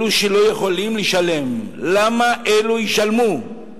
אלו שלא יכולים לשלם, למה אלו ישלמו?